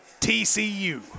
TCU